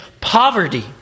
poverty